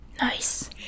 Nice